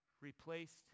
replaced